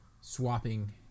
swapping